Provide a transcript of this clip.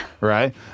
Right